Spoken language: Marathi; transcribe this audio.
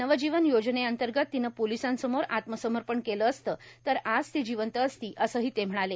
नवजीवन योजनेअंतर्गत तिनं पोलिसांसमोर आत्मसमर्पण केलं असतं तर आज ती जीवंत असती असंही ते म्हणाले